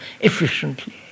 efficiently